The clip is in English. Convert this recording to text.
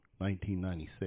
1996